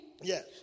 Yes